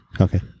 Okay